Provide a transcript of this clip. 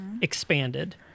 expanded